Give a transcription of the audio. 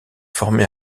formé